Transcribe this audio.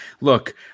look